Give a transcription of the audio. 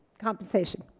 compensation